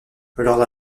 l’ordre